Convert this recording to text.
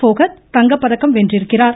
போஹத் தங்கப்பதக்கம் வென்றிருக்கிறார்